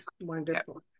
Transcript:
Wonderful